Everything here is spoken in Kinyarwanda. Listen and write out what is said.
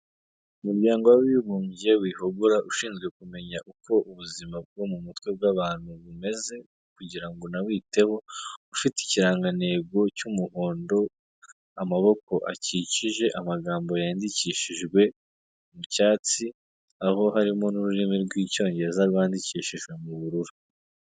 Umuryango w'Abibumbye Wihogora ushinzwe kumenya uko ubuzima bwo mu mutwe bw'abantu bumeze, kugira ngo unawiteho, ufite ikirangantego cy'umuhondo, amaboko akikije amagambo yandikishijwe mu cyatsi, aho harimo n'ururimi rw'icyongereza rwandikishijwe mu bururu.